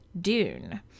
Dune